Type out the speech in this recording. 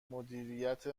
مدیریت